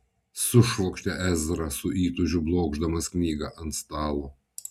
sušvokštė ezra su įtūžiu blokšdamas knygą ant stalo